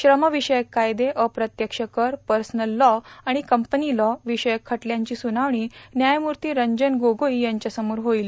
श्रमविषयक कायदे अप्रत्यक्ष कर पर्सनल लॉ आणि कंपनी लॉ विषयक खटल्यांची सुनावर्णी न्यायमूर्ती रंजन गोगोई यांच्यासमोर होईल